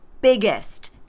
biggest